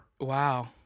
Wow